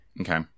Okay